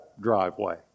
driveway